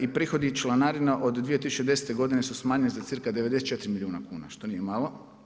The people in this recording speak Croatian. I prihodi i članarina od 2010. godine su smanjeni za cca 94 milijuna kuna što nije malo.